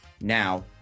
Now